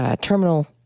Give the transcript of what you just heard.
terminal